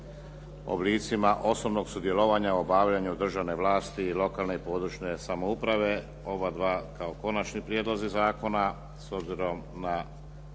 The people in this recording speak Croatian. oblicima osobnog sudjelovanja u obavljanju državne vlasti i lokalne i područne samouprave oba dva kao konačni prijedlozi zakona s obzirom na